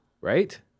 Right